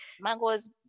mangoes